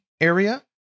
area